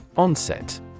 Onset